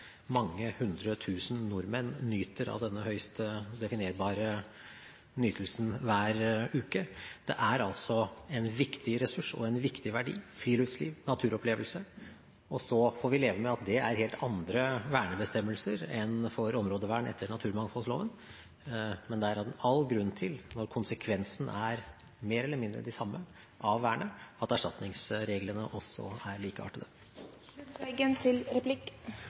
mange hundre tusen nordmenn nyter av denne høyst definerbare opplevelsen hver uke. Friluftsliv og naturopplevelser er en viktig ressurs og en viktig verdi, og så får vi leve med at det er helt andre vernebestemmelser enn for områdevern etter naturmangfoldloven, men når konsekvensene av vernet er mer eller mindre de samme, er det all grunn til at også erstatningsreglene er likeartede. Jeg lytter veldig nøye til